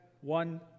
one